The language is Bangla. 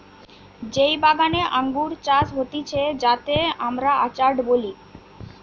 যেই বাগানে আঙ্গুর চাষ হতিছে যাতে আমরা অর্চার্ড বলি